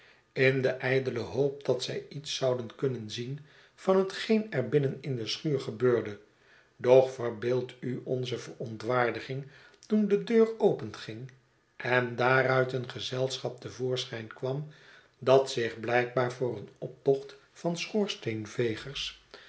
in de ijdele hoop dat zij iets zouden kunnen zien van hetgeen er binnen in de schuur gebeurde doch verbeeld u onze verontwaardiging toen de deur openging en daaruit een gezelschap te voorschyn kwam dat zich blijkbaar voor een optocht van